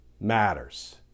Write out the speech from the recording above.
matters